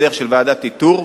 בדרך של ועדת איתור,